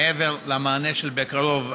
מעבר למענה "בקרוב",